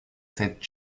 cette